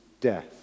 death